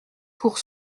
pour